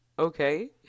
Okay